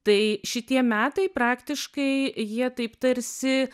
tai šitie metai praktiškai jie taip tarsi